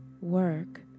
work